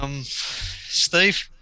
Steve